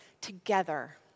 together